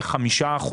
ב-5%,